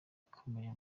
ikomeye